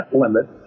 limit